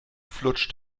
flutscht